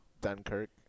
Dunkirk